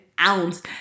ounce